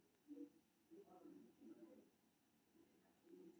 अचल संपत्ति कें कंपनीक बैलेंस शीट पर दर्ज कैल जाइ छै